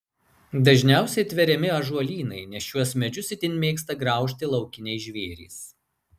dažniausiai tveriami ąžuolynai nes šiuos medžius itin mėgsta graužti laukiniai žvėrys